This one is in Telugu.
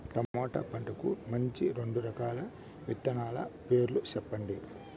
టమోటా పంటకు మంచి రెండు రకాల విత్తనాల పేర్లు సెప్పండి